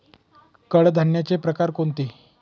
कडधान्याचे प्रकार कोणते?